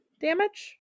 damage